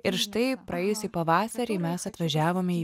ir štai praėjusį pavasarį mes atvažiavome į